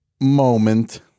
moment